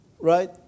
Right